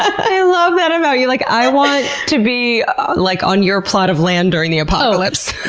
i love that about you. like i want to be like on your plot of land during the apocalypse.